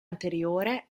anteriore